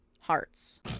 hearts